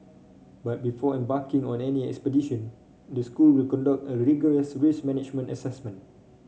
but before embarking on any expedition the school will conduct a rigorous risk management assessment